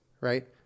right